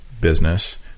business